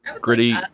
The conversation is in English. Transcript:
gritty